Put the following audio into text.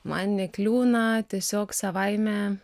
man nekliūna tiesiog savaime